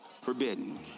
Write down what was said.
Forbidden